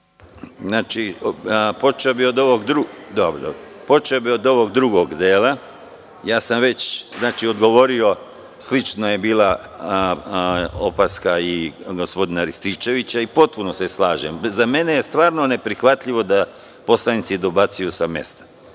Počeo bih od ovog drugog dela. Već sam odgovorio, slična je bila opaska i gospodina Rističevića i potpuno se slažem. Za mene je stvarno neprihvatljivo da poslanici dobacuju sa mesta,